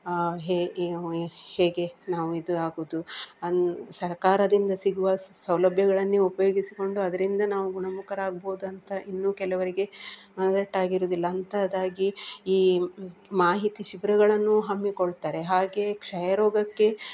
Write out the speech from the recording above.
ಹೇ ಹೇಗೆ ನಾವು ಇದು ಆಗೋದು ಅನ್ ಸರಕಾರದಿಂದ ಸಿಗುವ ಸೌಲಭ್ಯಗಳನ್ನೇ ಉಪಯೋಗಿಸಿಕೊಂಡು ಅದರಿಂದ ನಾವು ಗುಣಮುಖರಾಗ್ಬೋದು ಅಂತ ಇನ್ನೂ ಕೆಲವರಿಗೆ ಅಲರ್ಟ್ ಆಗಿರೋದಿಲ್ಲ ಅಂಥದ್ದಾಗಿ ಈ ಮಾಹಿತಿ ಶಿಬಿರಗಳನ್ನು ಹಮ್ಮಿಕೊಳ್ತಾರೆ ಹಾಗೆ ಕ್ಷಯ ರೋಗಕ್ಕೆ